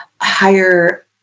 higher